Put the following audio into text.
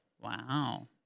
Wow